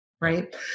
Right